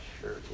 sure